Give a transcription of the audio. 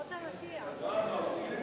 ימות המשיח.